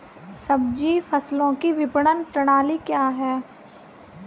सब्जी फसलों की विपणन प्रणाली क्या है?